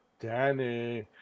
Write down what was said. danny